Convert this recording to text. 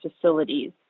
facilities